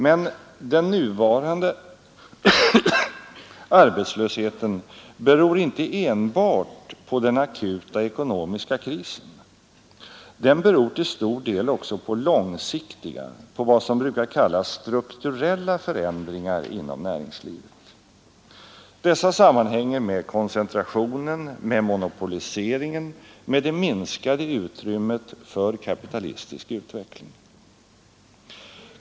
Men den nuvarande arbetslösheten beror inte enbart på den akuta krisen, den beror till stor del också på långsiktiga, på vad som brukas kallas strukturella förändringar inom näringslivet. Dessa sammanhänger med koncentrationen, med monopoliseringen, med det minskade utrymmet för kapitalistisk utveckling.